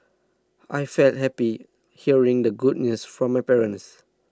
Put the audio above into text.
I felt happy hearing the good news from my parents